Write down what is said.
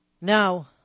No